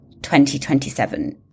2027